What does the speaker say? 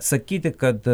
sakyti kad